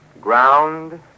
ground